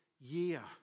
year